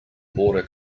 border